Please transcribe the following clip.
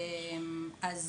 אז